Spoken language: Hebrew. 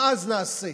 מה אז נעשה?